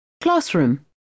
Classroom